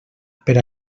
per